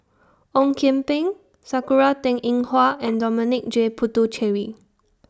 Ong Kian Peng Sakura Teng Ying Hua and Dominic J Puthucheary